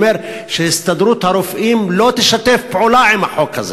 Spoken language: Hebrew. אומר שהסתדרות הרופאים לא תשתף פעולה עם החוק הזה.